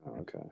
okay